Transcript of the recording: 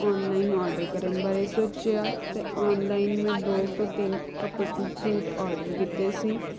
online order ਕਰਨ ਬਾਰੇ ਸੋਚਿਆ ਅਤੇ ਔਨਲਾਇਨ ਮੈਂ ਦੋ ਤੋਂ ਤਿੰਨ ਕਪ ਸੂਟ ਆਡਰ ਕੀਤੇ ਸੀ